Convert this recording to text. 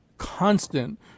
constant